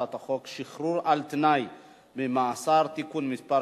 הצעת חוק שחרור על-תנאי ממאסר (תיקון מס'